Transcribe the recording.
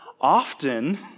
Often